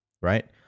right